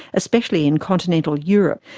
especially in continental europe.